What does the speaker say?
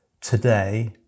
today